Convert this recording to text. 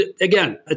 again